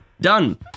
done